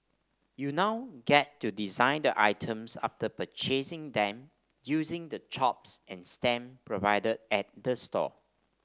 you now get to design the items after purchasing them using the chops and stamps provided at the store